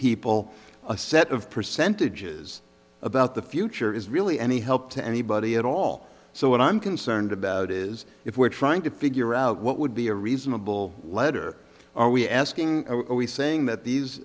people a set of percentages about the future is really any help to anybody at all so what i'm concerned about is if we're trying to figure out what would be a reasonable letter are we asking are we saying that these